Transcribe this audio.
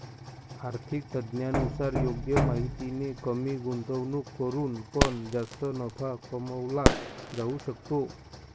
आर्थिक तज्ञांनुसार योग्य माहितीने कमी गुंतवणूक करून पण जास्त नफा कमवला जाऊ शकतो